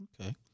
Okay